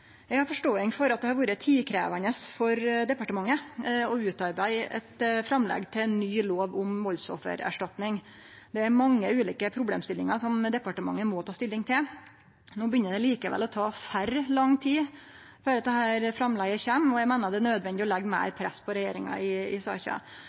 Eg har forståing for at det har vore tidkrevjande for departementet å utarbeide eit framlegg til ny lov om valdsoffererstatning. Det er mange ulike problemstillingar departementet må ta stilling til. No begynner det likevel å ta for lang tid før framlegget kjem, og eg meiner det er nødvendig å